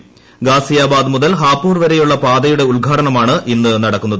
് ഗാസിയാബാദ് മുതൽ ഹാപുർ വരെയുള്ള പാതയുടെ ഉദ്ഘാടനമാണ് ഇന്ന് നടക്കുന്നത്